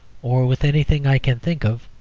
or with anything i can think of,